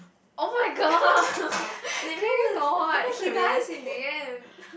oh-my-god can you not he dies in the end